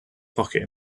pocket